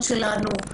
שלה.